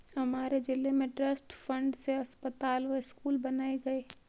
हमारे जिले में ट्रस्ट फंड से अस्पताल व स्कूल बनाए गए